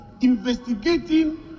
investigating